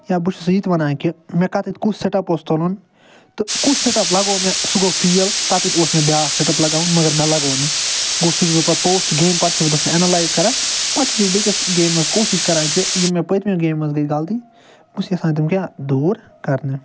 یا بہٕ چھُسَے یہِ تہِ وَنان کہِ مےٚ کتٮ۪تھ کُس سِٹٮ۪پ اوس تُلُن تہٕ کُس سِٹٮ۪پ لگو مےٚ سُہ گوٚو فیل تَتٮ۪تھ تہِ اوس مےٚ بیٛاکھ سِٹٮ۪پ لگاوُن مگر مےٚ لگو نہٕ گوٚو سُہ چھُس بہٕ پتہٕ پوسٹ گیمہِ پتہٕ چھُس بہٕ آسان اٮ۪نَلایِز کَران پتہٕ چھُس بہٕ بیٚکِس گیمہِ منٛز کوٗشِش کَران کہِ یِم مےٚ پٔتۍمیو گیمہِ منٛز گٔے غلطی بہٕ چھُس یَژھان تِم کیٛاہ دوٗر کرنہِ